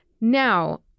Now